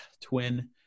twin